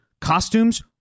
costumes